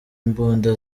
imbunda